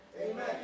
Amen